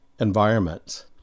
environments